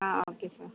okay sir